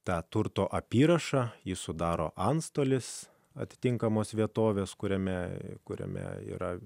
tą turto apyrašą jį sudaro antstolis atitinkamos vietovės kuriame kuriame yra